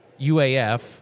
UAF